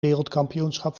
wereldkampioenschap